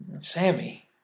Sammy